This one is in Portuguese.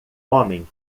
homem